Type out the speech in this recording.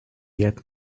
yet